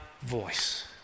voice